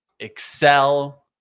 excel